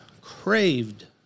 craved